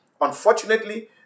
Unfortunately